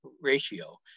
ratio